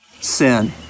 sin